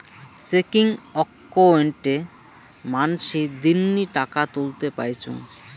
checking অক্কোউন্টে মানসী দিননি টাকা তুলতে পাইচুঙ